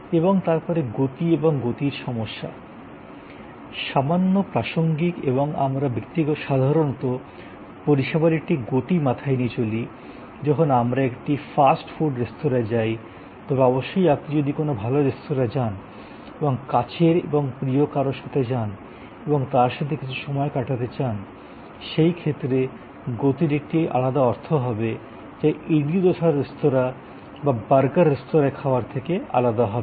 এবং তারপরে গতি এবং গতির সমস্যা সামান্য প্রাসঙ্গিক এবং আমরা সাধারণত পরিষেবার একটি গতি মাথায় নিয়ে চলি যখন আমরা একটি ফাস্ট ফুড রেস্তোঁরায় যাই তবে অবশ্যই আপনি যদি কোনও ভাল রেস্তোরাঁয় যান এবং কাছের এবং প্রিয় কারও সাথে যান এবং তার সাথে কিছু সময় কাটাতে চান সেই ক্ষেত্রে গতির একটি আলাদা অর্থ হবে যা ইডলি দোসার রেস্তোঁরা বা বার্গার রেস্তোঁরায় খাওয়ার থেকে আলাদা হবে